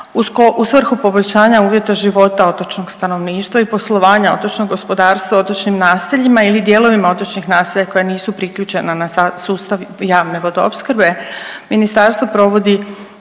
u svrhu poboljšanja uvjeta života otočnog stanovništva i poslovanja otočnog gospodarstva u otočnim naseljima ili dijelovima otočnih naselja koja nisu priključena na sustava javne vodoopskrbe ministarstvo provodi